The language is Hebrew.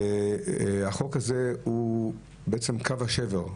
החוק הזה בעצם הוא קו השבר.